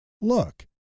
look